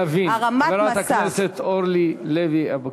כדי להבין, חברת הכנסת אורלי לוי אבקסיס,